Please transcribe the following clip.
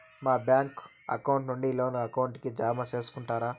మా bank account నుండి loan account కి జామ సేసుకుంటారా?